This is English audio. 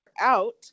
out